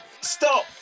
Stop